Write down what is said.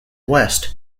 west